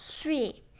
three